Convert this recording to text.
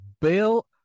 Bill